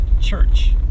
church